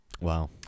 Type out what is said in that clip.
Wow